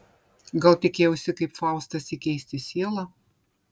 gal tikėjausi kaip faustas įkeisti sielą